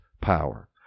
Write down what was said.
power